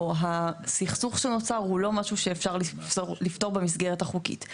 או הסכסוך שנוצר הוא לא משהו שאפר לפתור במסגרת החוקית.